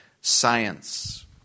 science